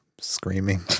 screaming